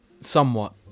Somewhat